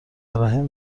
رحم